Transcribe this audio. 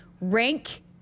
Rank